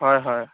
হয় হয়